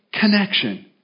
connection